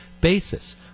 basis